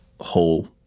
whole